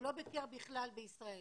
הוא לא ביקר בכלל בישראל,